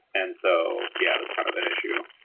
and so, yeah, that's kind of an issue.